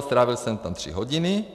Strávil jsem tam tři hodiny.